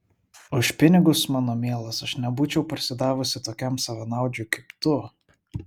už pinigus mano mielas aš nebūčiau parsidavusi tokiam savanaudžiui kaip tu